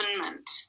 government